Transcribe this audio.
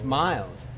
miles